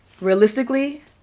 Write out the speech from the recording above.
realistically